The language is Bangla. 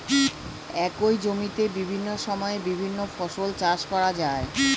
একই জমিতে বিভিন্ন সময়ে বিভিন্ন ফসল চাষ করা যায়